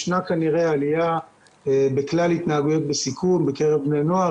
ישנה כנראה עלייה בכלל התנהגויות בסיכון בקרב בני נוער.